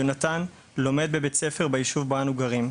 יונתן לומד בבית ספר ביישוב בו אנו גרים,